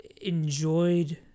enjoyed